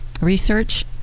research